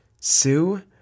Sue